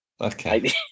okay